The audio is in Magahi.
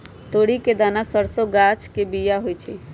तोरी के दना सरसों गाछ के बिया होइ छइ